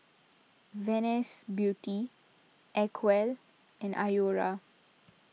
Venus Beauty Acwell and Iora